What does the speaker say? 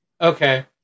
Okay